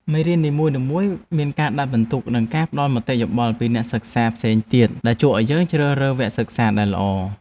មេរៀននីមួយៗមានការដាក់ពិន្ទុ និងការផ្តល់មតិយោបល់ពីអ្នកសិក្សាផ្សេងទៀតដែលជួយឱ្យយើងជ្រើសរើសវគ្គសិក្សាដែលល្អ។